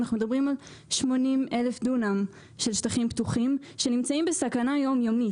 אנחנו מדברים על 80,000 דונם של שטחים פתוחים שנמצאים בסכנה יום-יומית.